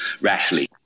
rashly